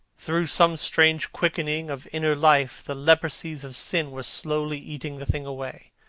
through some strange quickening of inner life the leprosies of sin were slowly eating the thing away.